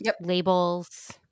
labels